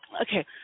okay